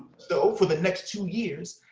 so for the next two years,